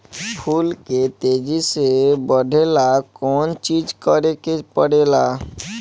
फूल के तेजी से बढ़े ला कौन चिज करे के परेला?